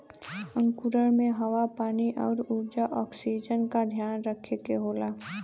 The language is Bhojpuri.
अंकुरण में हवा पानी आउर ऊर्जा ऑक्सीजन का ध्यान रखे के होला